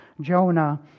Jonah